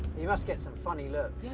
you must get some funny looks.